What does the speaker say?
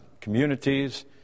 communities